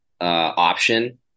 option